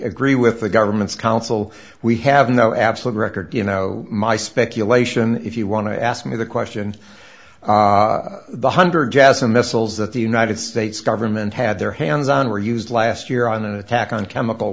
agree with the government's counsel we have no absolute record you know my speculation if you want to ask me the question the hundred jassem missiles that the united states government had their hands on were used last year on an attack on chemical